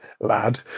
lad